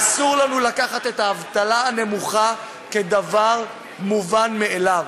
אסור לנו לקחת את האבטלה הנמוכה כדבר מובן מאליו,